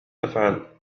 تفعل